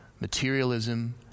materialism